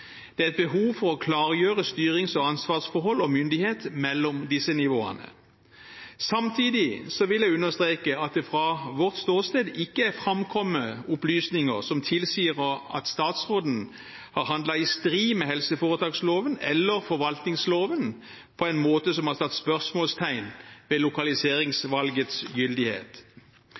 Det er et behov for å klargjøre styrings- og ansvarsforhold og myndighet mellom disse nivåene. Samtidig vil jeg understreke at det fra vårt ståsted ikke er framkommet opplysninger som tilsier at statsråden har handlet i strid med helseforetaksloven eller forvaltningsloven på en måte som har satt spørsmålstegn ved